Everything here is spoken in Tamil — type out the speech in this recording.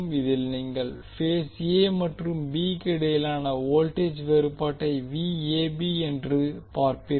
இதில் நீங்கள் பேஸ் a மற்றும் b க்கு இடையிலான வோல்டேஜ் வேறுபாட்டை என்று பார்ப்பீர்கள்